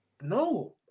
No